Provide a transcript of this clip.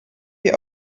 wie